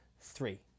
Three